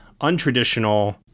untraditional